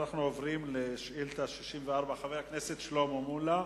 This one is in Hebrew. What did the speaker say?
אנחנו עוברים לשאילתא מס' 64 של חבר הכנסת שלמה מולה: